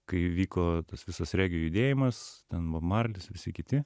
kai vyko tas visas regio judėjimas ten buvo marlis visi kiti